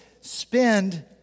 spend